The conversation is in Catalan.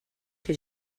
que